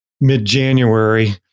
mid-january